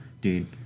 Dude